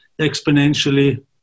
exponentially